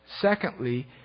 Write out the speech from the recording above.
Secondly